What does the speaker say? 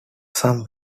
some